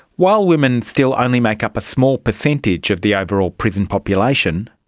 while women still only make up a small percentage of the overall prison population,